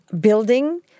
building